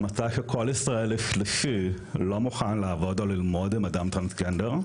מצא שכל ישראלי שלישי לא מוכן לעבוד או ללמוד עם אדם טרנסג'נדר.